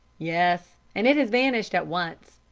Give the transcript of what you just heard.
yes and it has vanished at once.